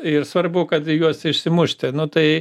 ir svarbu kad juos išsimušti nu tai